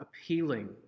appealing